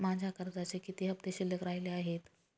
माझ्या कर्जाचे किती हफ्ते शिल्लक राहिले आहेत?